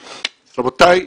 רבותיי,